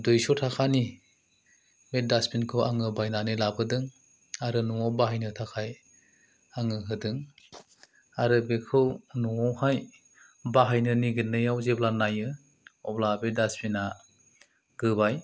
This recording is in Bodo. दुइस' ताकानि बे डास्टबिनखौ आङो बायनानै लाबोदों आरो न'वाव बाहायनो थाखाय आङो होदों आरो बेखौ न'वावहाय बाहायनो निगिदनायाव जेब्ला नायो अब्ला बे डास्टबिना गोबाय